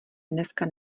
dneska